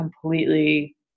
completely